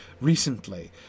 recently